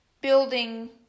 Building